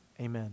amen